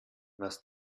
was